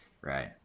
right